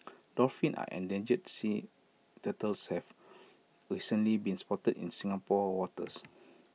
dolphins and endangered sea turtles have recently been spotted in Singapore waters